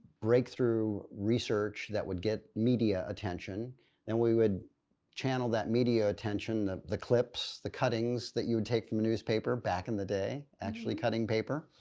breakthrough research that would get media attention and we would channel that media attention, the the clips, the cuttings that you would take from a newspaper back in the day, actually cutting paper